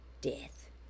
Death